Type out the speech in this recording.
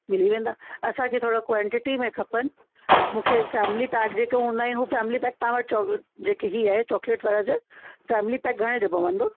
मिली वेंदा असांखे थोरो क्वांटिटी में खपनि मूंखे फ़ेमिली पैक जेके हूंदा आहिनि हू फ़ेमिली पैक तव्हां वटि चॉकब्रिक हीअ आहे चॉकलेट वारा जा फ़ेमिली पैक घणे जो पवंदो